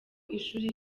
ishuri